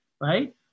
right